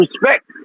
respect